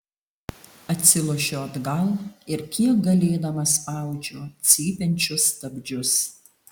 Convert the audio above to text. atsilošiu atgal ir kiek galėdama spaudžiu cypiančius stabdžius